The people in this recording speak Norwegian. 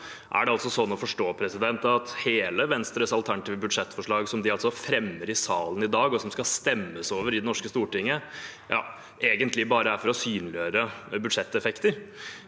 Er det sånn å forstå at hele Venstres alternative budsjettforslag, som de altså fremmer i salen i dag, og som det skal stemmes over i Det norske storting, egentlig bare handler om å synliggjøre budsjetteffekter?